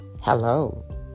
Hello